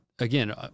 Again